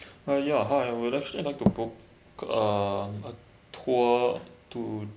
hi ya how I would actually like to book a tour to